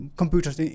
computers